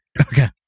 Okay